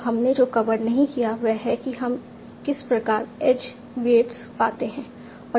तो हमने जो कवर नहीं किया वह है कि हम किस प्रकार एज वेट्स पाते हैं